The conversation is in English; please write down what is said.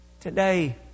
Today